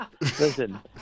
listen